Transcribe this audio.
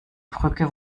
brücke